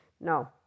No